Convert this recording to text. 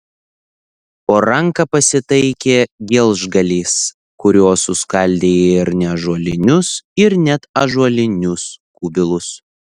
po ranka pasitaikė gelžgalys kuriuo suskaldė ir neąžuolinius ir net ąžuolinius kubilus